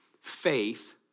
faith